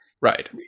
right